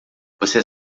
você